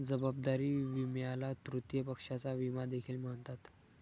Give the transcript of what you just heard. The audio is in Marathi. जबाबदारी विम्याला तृतीय पक्षाचा विमा देखील म्हणतात